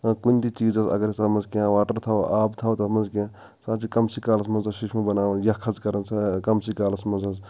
کُنہ تہِ چیزس اگر أسۍ تتھ منٛز کینٛہہ واٹر تھاوو آب تھاوو تتھ منٛز کینٛہہ سُہ چھ کَم سٕے کالس منٛز ششمہٕ بناوان یخ حظ کران کَم سٕے کالس منٛز حظ